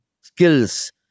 skills